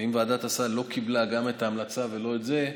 ואם ועדת הסל לא קיבלה גם את ההמלצה ולא את זה,